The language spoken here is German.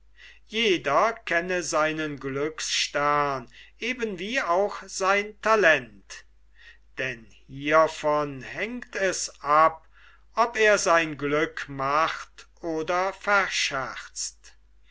jeder kenne seinen glücksstern eben wie auch sein talent denn hievon hängt es ab ob er sein glück macht oder verscherzt